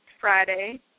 Friday